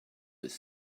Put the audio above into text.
with